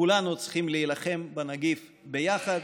כולנו צריכים להילחם בנגיף ביחד,